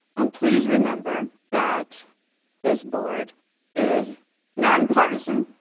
um please remember that this board is non-partisan.